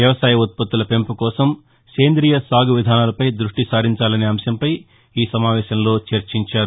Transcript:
వ్యవసాయ ఉత్పత్తులు పెంపుకోసం సేంద్రీయ సాగు విధానాలపై దృష్టి సారించాలనే అంశంపై ఈ సమావేశంలో చర్చించారు